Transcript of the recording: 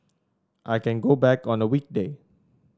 I can go back on a weekday